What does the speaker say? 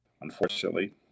unfortunately